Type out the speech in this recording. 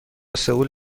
سئول